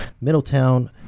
Middletown